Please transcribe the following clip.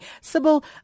Sybil